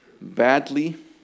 badly